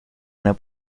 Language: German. einer